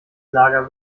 lager